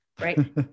right